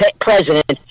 president